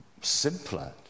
simpler